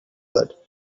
that